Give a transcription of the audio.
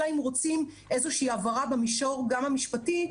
אלא אם רוצים איזושהי הבהרה במישור המשפטי,